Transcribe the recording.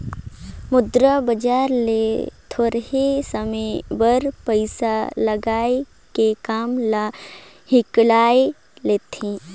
मुद्रा बजार ले थोरहें समे बर पइसा लाएन के काम ल हिंकाएल लेथें